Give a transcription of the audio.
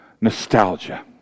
nostalgia